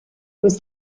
was